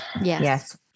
Yes